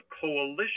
coalition